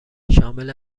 شامل